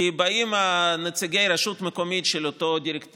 כי באים נציגי הרשות המקומית של אותו